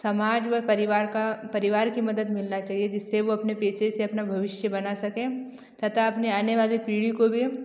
समाज वा परिवार का परिवार की मदद मिलना चाहिए जिससे वो अपने पेशे से अपना भविष्य बना सके तथा अपने आने वाले पीढ़ी को भी